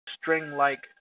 string-like